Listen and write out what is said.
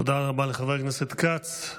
תודה רבה לחבר הכנסת כץ.